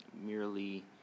Merely